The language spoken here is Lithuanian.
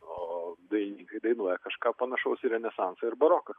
o dainininkai dainuoja kažką panašaus į renesansą ir baroką